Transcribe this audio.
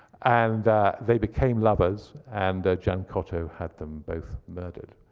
and they became lovers, and gianciotto had them both murdered.